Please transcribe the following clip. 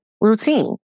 routine